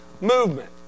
movement